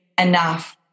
enough